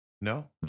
No